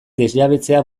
desjabetzea